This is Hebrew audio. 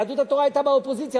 יהדות התורה היתה באופוזיציה,